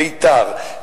ביתר,